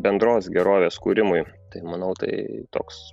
bendros gerovės kūrimui tai manau tai toks